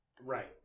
Right